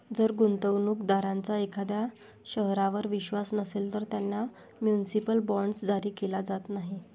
जर गुंतवणूक दारांचा एखाद्या शहरावर विश्वास नसेल, तर त्यांना म्युनिसिपल बॉण्ड्स जारी केले जात नाहीत